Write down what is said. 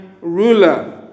ruler